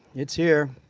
it's here.